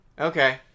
Okay